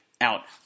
out